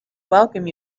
welcome